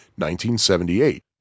1978